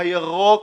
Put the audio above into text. הירוק